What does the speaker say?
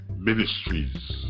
ministries